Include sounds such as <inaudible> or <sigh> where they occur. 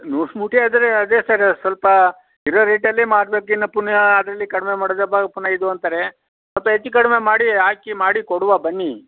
loose ಮೂಟೆ ಆದರೆ ಅದೆ ಸರ್ ಸ್ವಲ್ಪ ಇರೋ ರೇಟಲ್ಲಿ <unintelligible> ಪುನಃ ಅದರಲ್ಲಿ ಕಡಿಮೆ ಮಾಡಿದ್ರೆ ಪುನಃ ಇದು ಅಂತಾರೆ ಮತ್ತೆ ಹೆಚ್ಚು ಕಡಿಮೆ ಮಾಡಿ ಹಾಕಿ ಮಾಡಿ ಕೊಡುವ ಬನ್ನಿ